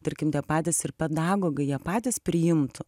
tarkim tie patys ir pedagogai jie patys priimtų